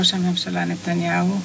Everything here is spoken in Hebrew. ראש הממשלה נתניהו,